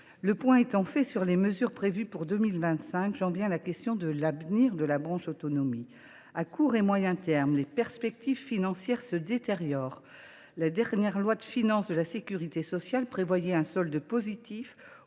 Le point étant fait sur les mesures prévues pour 2025, j’en viens à la question de l’avenir de la branche autonomie. À court et à moyen terme, les perspectives financières se détériorent. La dernière loi de financement de la sécurité sociale prévoyait un solde positif